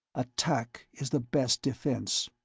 attack is the best defense,